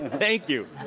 thank you.